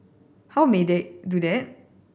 how may they do that